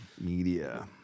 Media